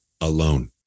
alone